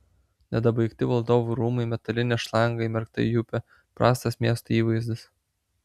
nedabaigti valdovų rūmai metalinė šlanga įmerkta į upę prastas miesto įvaizdis